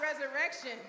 resurrection